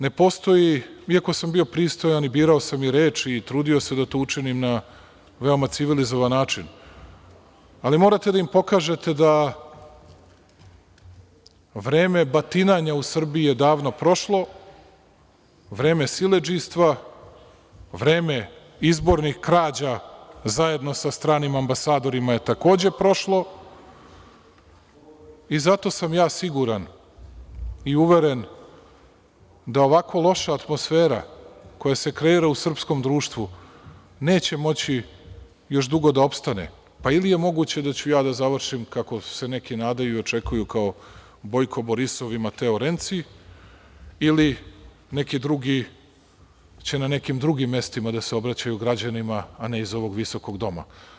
Ne postoji iako sam bio pristojan i birao sam reči i trudio se da to učinim na veoma civilizovan način, ali morate da im pokažete da vreme batinanja u Srbiji je davno prošlo, vreme siledžijstva, vreme izbornih krađa zajedno sa stranim ambasadorima je takođe prošlo i zato sam siguran i uveren da ovako loša atmosfera koja se kreira u srpskom društvu neće moći još dugo da opstane, pa ili je moguće da ću ja da završim kako se neki nadaju i očekuju kao Bojko Borisov ili Mateo Renci ili neki drugi će na nekim drugim mestima da se obraćaju građanima, a ne iz ovog visokog doma.